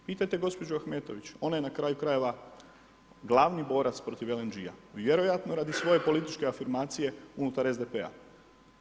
Pitajte gospođu Ahmetović, ona je na kraju krajeva, glavni borac protiv LNG-a, vjerojatno radi svoje političke afirmacije unutar SDP-a.